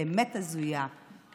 באמת הזויה,